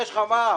יש שאלות.